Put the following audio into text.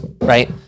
Right